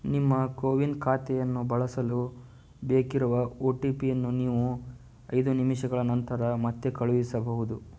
ನಿಮ್ಮ ಕೋವಿನ್ ಖಾತೆಯನ್ನು ಬಳಸಲು ಬೇಕಿರುವ ಒ ಟಿ ಪಿಯನ್ನು ನೀವು ಐದು ನಿಮಿಷಗಳ ನಂತರ ಮತ್ತೆ ಕಳುಹಿಸಬಹುದು